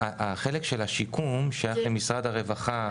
החלק של השיקום שייך למשרד הרווחה.